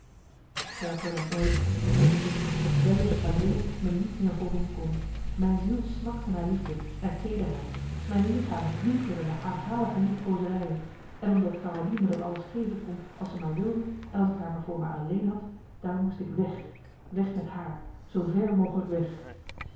scherper dan ooit gevoelde ik t dat wellust alleen me niet meer voldoen kon mijn ziel snakte naar liefde naar teederheid mijn lichaam hunkerde naar aanhalige liefkoozerij en omdat carolien me dat alles geven kon als ze maar wilde en als ik haar maar voor mij alleen had daarom moest ik weg weg met haar zoover mogelijk weg